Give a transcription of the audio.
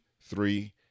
three